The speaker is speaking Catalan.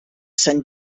sant